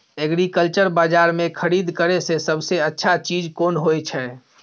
Agriculture बाजार में खरीद करे से सबसे अच्छा चीज कोन होय छै?